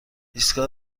ایستگاه